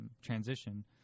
transition